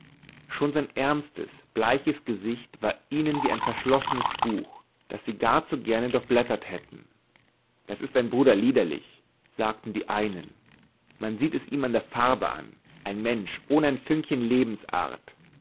schon sein ernstes bleiches gesicht war ihnen wie ein verschlossenes buch das sie gar zu gerne durchblättert hätten das ist ein bruder liederlich sagten die einen man sieht es ihm an der farbe an ein mensch ohne ein fünkchen lebensart